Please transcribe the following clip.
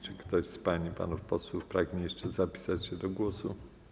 Czy ktoś z pań i panów posłów pragnie jeszcze zapisać się do głosu?